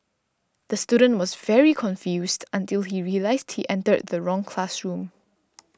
the student was very confused until he realised he entered the wrong classroom